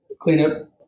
cleanup